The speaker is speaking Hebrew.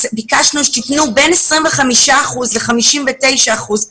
ביקשנו תתנו בין 25 אחוזים ל-59 אחוזים,